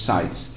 Sites